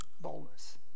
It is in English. Boldness